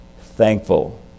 thankful